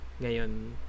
ngayon